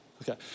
Okay